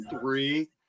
three